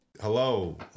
Hello